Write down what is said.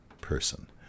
person